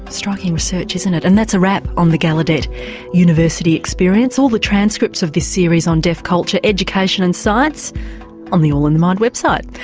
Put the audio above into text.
striking research, isn't it? and that's a wrap on the gallaudet university experience. all the transcripts of this series on deaf culture, education and science on the all in the mind website,